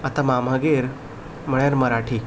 आतां मामागेर म्हळ्यार मराठी